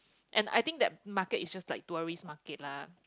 and I think that market is just like tourist market lah